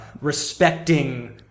respecting